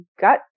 gut